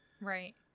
Right